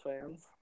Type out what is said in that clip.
fans